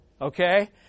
Okay